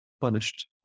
punished